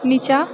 नीचाँ